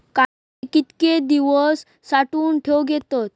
कांदे कितके दिवस साठऊन ठेवक येतत?